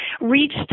reached